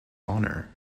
honor